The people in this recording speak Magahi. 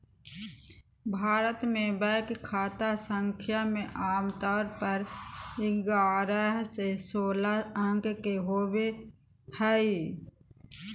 भारत मे बैंक खाता संख्या मे आमतौर पर ग्यारह से सोलह अंक के होबो हय